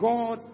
God